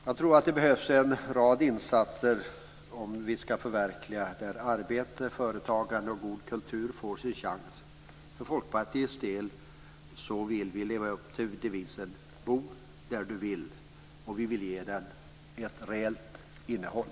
Jaga tror att det behövs en rad insatser om arbete, företagande och god kultur ska kunna få sin chans. För Folkpartiets del vill vi leva upp till devisen "Bo där du vill", och vi vill ge den ett reellt innehåll.